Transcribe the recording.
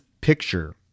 picture